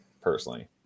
personally